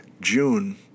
June